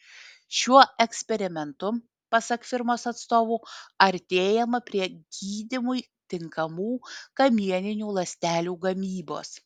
šiuo eksperimentu pasak firmos atstovų artėjama prie gydymui tinkamų kamieninių ląstelių gamybos